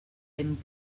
lent